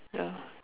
ya